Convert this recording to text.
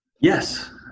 Yes